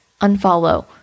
unfollow